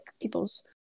people's